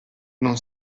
non